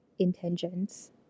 intentions